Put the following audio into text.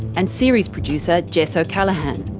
and series producer jess o'callaghan.